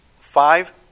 Five